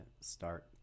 start